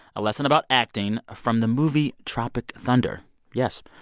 a lesson about acting from the movie tropic thunder yes.